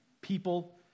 people